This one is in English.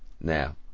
now